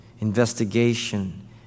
investigation